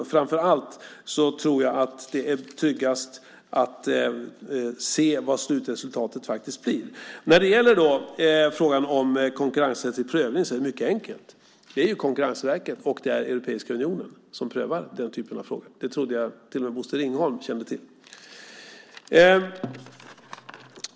Och framför allt tror jag att det är tryggast att först se vad slutresultatet blir. Frågan om konkurrensrättslig prövning är mycket enkel. Det är Konkurrensverket och Europeiska unionen som prövar den typen av frågor. Det trodde jag att till och med Bosse Ringholm kände till.